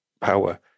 power